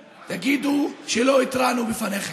ראו הוזהרתם, אתם, שלא תגידו שלא התרענו בפניכם.